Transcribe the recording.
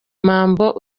mambo